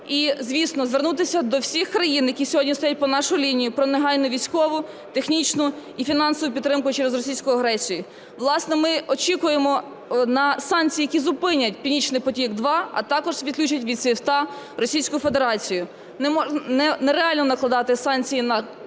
І, звісно, звернутися до всіх країн, які сьогодні стоять по нашу лінію, про негайну військову, технічну і фінансову підтримку через російську агресію. Власне, ми очікуємо на санкції, які зупинять "Північний потік-2", а також відключать від СВІФТ Російську Федерацію. Нереально накладати санкції на